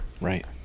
Right